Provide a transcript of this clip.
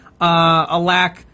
alack